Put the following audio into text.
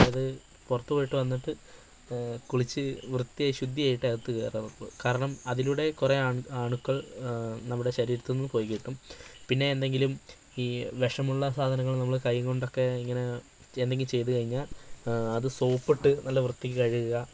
അതായത് പുറത്ത് പോയിട്ട് വന്നിട്ട് കുളിച്ച് വൃത്തിയായി ശുദ്ധിയായിട്ടേ അകത്തു കയറാൻ ഒക്കുള്ളൂ കാരണം അതിലൂടെ കുറേ അണുക്കൾ നമ്മുടെ ശരീരത്തിൽനിന്നു പോയിക്കിട്ടും പിന്നെ എന്തെങ്കിലും ഈ വിഷമുള്ള സാധനങ്ങൾ നമ്മൾ കൈകൊണ്ടൊക്കെ ഇങ്ങനെ എന്തെങ്കിലും ചെയ്തു കഴിഞ്ഞാൽ അത് സോപ്പിട്ട് നല്ല വൃത്തിയ്ക്ക് കഴുകുക